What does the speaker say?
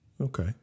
Okay